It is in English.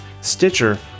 Stitcher